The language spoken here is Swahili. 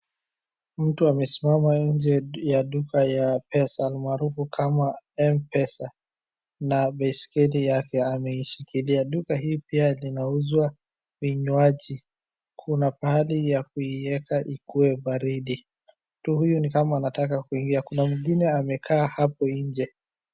Mtu amesimama nje ya duka ya pesa, almaarufu kama M-pesa, na baiskeli yake ameishikilia. Duka hii pia linauzwa vinywaji. Kuna pahali ya kuieka ili ikuwe baridi. Mtu huyu ni kama anataka kuingia. Kuna mwingine amekaa hapo nje.